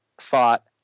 thought